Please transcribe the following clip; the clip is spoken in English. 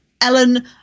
Ellen